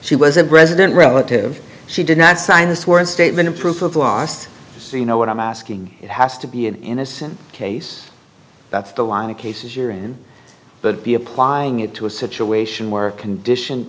she was a resident relative she did not sign a sworn statement a proof of loss so you know what i'm asking has to be an innocent case that's the line of cases you're in but be applying it to a situation where a condition